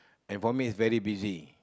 and for me is very busy